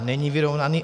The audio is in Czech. Není vyrovnaný.